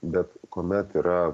bet kuomet yra